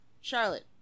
Charlotte